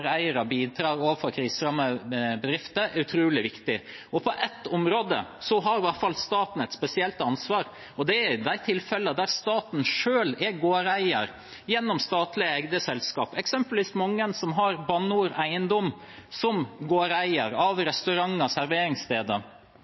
bidrar overfor kriserammede bedrifter, er utrolig viktig. På ett område har i hvert fall staten et spesielt ansvar, og det er i de tilfellene der staten selv er gårdeier gjennom statlig eide selskap. Eksempelvis opplever mange restauranter og serveringssteder som har Bane NOR Eiendom som